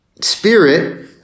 spirit